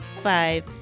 five